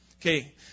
Okay